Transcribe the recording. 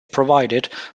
provided